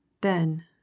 then—